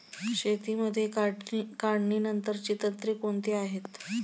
शेतीमध्ये काढणीनंतरची तंत्रे कोणती आहेत?